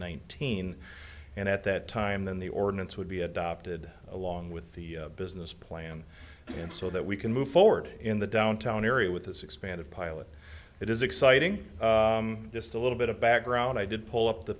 nineteen and at that time then the ordinance would be adopted along with the business plan and so that we can move forward in the downtown area with this expanded pilot it is exciting just a little bit of background i did pull up the